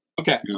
Okay